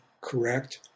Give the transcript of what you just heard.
correct